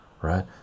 right